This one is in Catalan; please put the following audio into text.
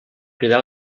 cridar